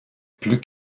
plus